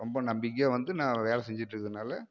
ரொம்ப நம்பிக்கையாக வந்து நான் வேலை செஞ்சுட்டு இருக்கிறதுனால